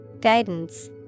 Guidance